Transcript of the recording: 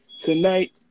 Tonight